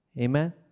Amen